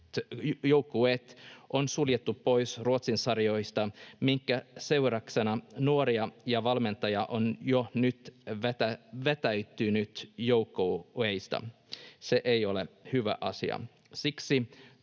urheilujoukkueet on suljettu pois Ruotsin sarjoista, minkä seurauksena nuoria ja valmentajia on jo nyt vetäytynyt joukkueista. Se ei ole hyvä asia.